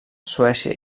suècia